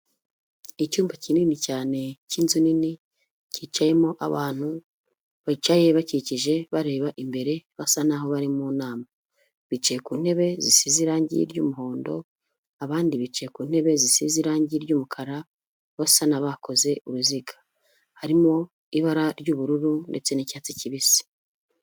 Icyumba kinini cyane cy'inzu nini cyicayemo abantu bicaye bakikije bareba imbere basa naho bari mu nama bicaye ku ntebe zisize irangi ry'umuhondo abandi bicaye ku ntebe zisize irangi ry'umukara basa n'abakoze uruziga harimo ibara ry'ubururu ndetse n'icyatsi kibisi.